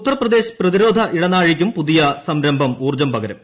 ഉത്തർപ്രദേശ് പ്രതിരോധ ഇടനാഴിയ്ക്കും പുതിയ സംരംഭം ഊർജ്ജം പകരും